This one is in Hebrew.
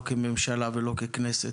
לא כממשלה ולא ככנסת.